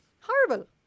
Horrible